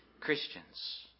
Christians